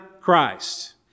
Christ